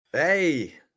Hey